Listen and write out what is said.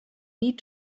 need